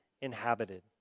inhabited